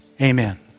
amen